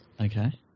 Okay